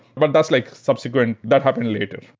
but that's like subsequent, that happen later.